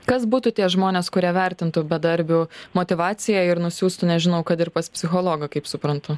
kas būtų tie žmonės kurie vertintų bedarbių motyvaciją ir nusiųstų nežinau kad ir pas psichologą kaip suprantu